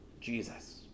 Jesus